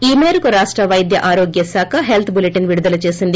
ఈ మేరకు రాష్ట వైద్య ఆరోగ్య శాఖ హిల్త్ బులిటెన్ విడుదల చేసింది